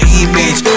image